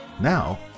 Now